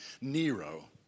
Nero